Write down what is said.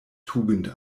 tugend